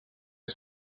his